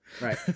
Right